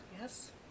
Yes